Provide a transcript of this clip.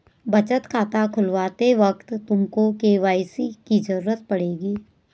बचत खाता खुलवाते वक्त तुमको के.वाई.सी की ज़रूरत पड़ेगी